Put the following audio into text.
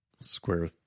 square